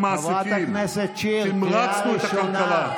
ולמעסיקים, המרצנו את הכלכלה.